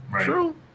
True